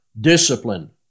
discipline